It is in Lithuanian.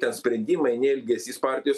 tie sprendimai nei elgesys partijos